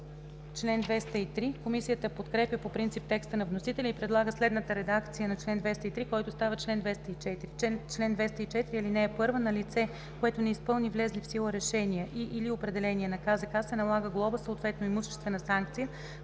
наказания.“ Комисията подкрепя по принцип текста на вносителя и предлага следната редакция на чл. 203, който става чл. 204: „Чл. 204. (1) На лице, което не изпълни влезли в сила решения и/или определения на КЗК се налага глоба, съответно имуществена санкция,